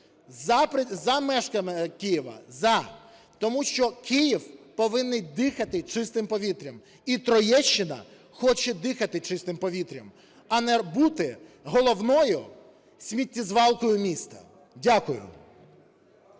за межами Києва, за. Тому що Київ повинен дихати чистим повітрям, і Троєщина хоче дихати чистим повітрям, а не бути головною сміттєзвалкою міста. Дякую.